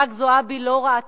חברת הכנסת זועבי לא ראתה.